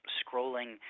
scrolling